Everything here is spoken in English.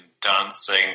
dancing